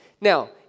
Now